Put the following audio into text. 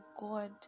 god